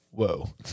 Whoa